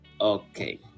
okay